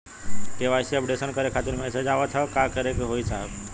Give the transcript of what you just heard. KYC updation करें खातिर message आवत ह का करे के होई साहब?